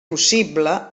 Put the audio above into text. possible